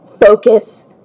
focus